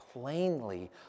plainly